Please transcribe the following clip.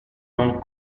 non